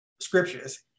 scriptures